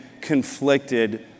conflicted